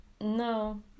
No